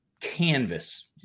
canvas